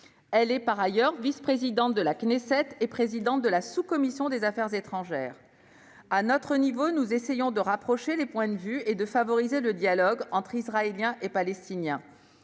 Elle est par ailleurs vice-présidente de la Knesset et présidente de la sous-commission des affaires étrangères. À notre niveau, nous essayons de rapprocher les points de vue et de favoriser le dialogue entre Israéliens et Palestiniens.